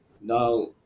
Now